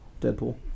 Deadpool